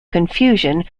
confusion